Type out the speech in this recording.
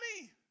money